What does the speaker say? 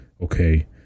okay